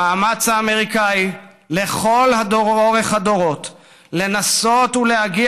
המאמץ האמריקני לכל אורך הדורות לנסות ולהגיע